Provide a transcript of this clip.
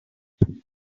zombies